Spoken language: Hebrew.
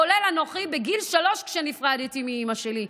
כולל אנוכי בגיל שלוש כשנפרדתי מאימא שלי,